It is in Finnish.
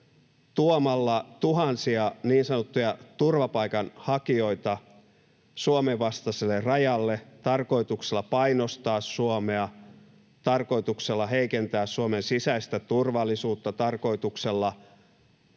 tuhansien niin sanottujen turvapaikanhakijoiden tuomisesta Suomen vastaiselle rajalle tarkoituksella painostaa Suomea, tarkoituksella heikentää Suomen sisäistä turvallisuutta, tarkoituksella